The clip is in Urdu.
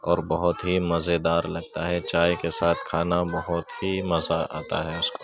اور بہت ہی مزے دار لگتا ہے چائے کے ساتھ کھانا بہت ہی مزہ آتا ہے اس کو